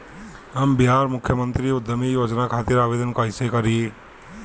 हम बिहार मुख्यमंत्री उद्यमी योजना खातिर आवेदन कईसे करी?